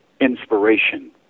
inspiration